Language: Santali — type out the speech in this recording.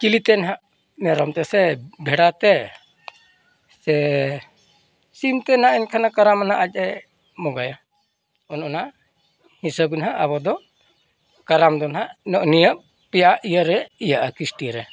ᱪᱤᱞᱤ ᱛᱮᱫ ᱦᱟᱸᱜ ᱢᱮᱨᱚᱢ ᱛᱮᱥᱮ ᱵᱷᱮᱰᱟ ᱛᱮ ᱥᱮ ᱥᱤᱢ ᱛᱮ ᱦᱟᱸᱜ ᱮᱱᱠᱷᱟᱱ ᱠᱟᱨᱟᱢ ᱦᱟᱸᱜ ᱟᱡ ᱮ ᱵᱚᱸᱜᱟᱭᱟ ᱚᱱ ᱚᱱᱟ ᱦᱤᱥᱟᱹᱵ ᱜᱮ ᱦᱟᱸᱜ ᱟᱵᱚ ᱫᱚ ᱠᱟᱨᱟᱢ ᱫᱚ ᱦᱟᱸᱜ ᱱᱤᱭᱟᱹ ᱯᱮᱭᱟ ᱤᱭᱟᱹᱨᱮ ᱤᱭᱟᱹᱜᱼᱟ ᱠᱨᱤᱥᱴᱤ ᱨᱮ